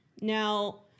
Now